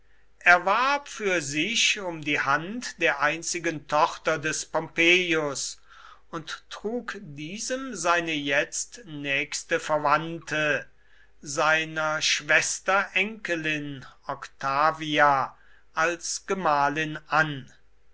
warb für sich um die hand der einzigen tochter des pompeius und trug diesem seine jetzt nächste verwandte seiner schwester enkelin octavia als gemahlin an